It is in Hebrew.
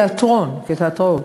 כתיאטרון, כתיאטראות.